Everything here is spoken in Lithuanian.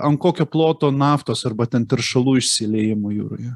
ant kokio ploto naftos arba ten teršalų išsiliejimų jūroje